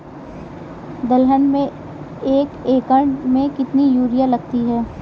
दलहन में एक एकण में कितनी यूरिया लगती है?